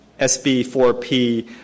SB4P